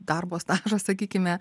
darbo stažą sakykime